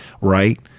right